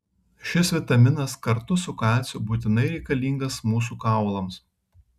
šis vitaminas kartu su kalciu būtinai reikalingas mūsų kaulams